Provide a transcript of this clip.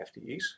FTEs